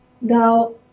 Now